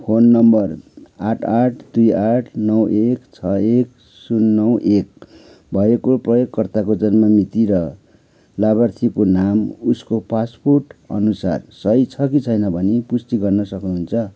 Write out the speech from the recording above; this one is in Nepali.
फोन नम्बर आठ आठ दुई आठ नौ एक छ एक शून्य नौ एक भएको प्रयोगकर्ताको जन्म मिति र लाभार्थीको नाम उसको पासपोर्ट अनुसार सही छ कि छैन भनी पुष्टि गर्न सक्नुहुन्छ